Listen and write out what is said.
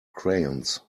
crayons